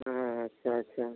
ᱟᱪᱪᱷᱟ ᱟᱪᱪᱷᱟ